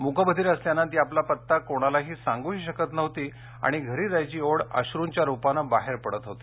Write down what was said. मूकबधीर असल्यानं ती आपला पत्ता कोणाला सांगूही शकत नव्हती आणि घरी जायची ओढ अश्रूंच्या रुपानं बाहेर पडत होती